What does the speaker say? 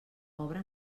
obra